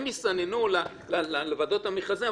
הם יסננו לוועדות המכרזים,